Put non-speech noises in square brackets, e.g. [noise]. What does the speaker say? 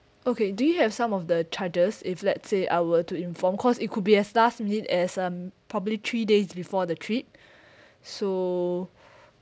okay do you have some of the charges if let's say I were to inform cause it could be at last minute as um probably three days before the trip [breath] so [breath]